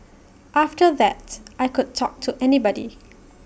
after that I could talk to anybody